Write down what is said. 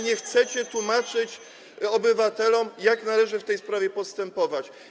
Nie chcecie tłumaczyć obywatelom, jak należy w tej sprawie postępować.